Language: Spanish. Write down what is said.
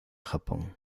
japón